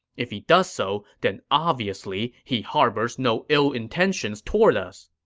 if he does so, then obviously he harbors no ill intentions toward us.